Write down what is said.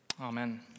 amen